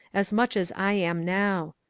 as much as i am now.